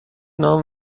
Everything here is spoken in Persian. نام